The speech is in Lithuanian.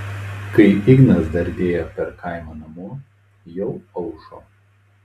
kai ignas dardėjo per kaimą namo jau aušo